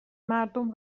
مردم